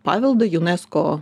paveldą unesco